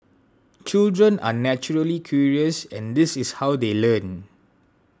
children are naturally curious and this is how they learn